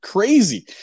Crazy